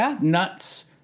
nuts